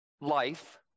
life